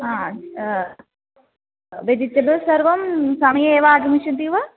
हा वेजिटेबल् सर्वं समये एव आगमिष्यति वा